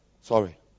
sorry